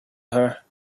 her